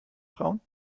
frauen